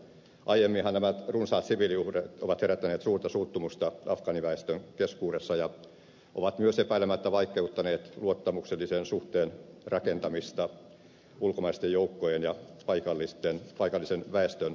aiemminhan nämä runsaat siviiliuhrit ovat herättäneet suurta suuttumusta afgaaniväestön keskuudessa ja ovat myös epäilemättä vaikeuttaneet luottamuksellisen suhteen rakentamista ulkomaisten joukkojen ja paikallisen väestön kesken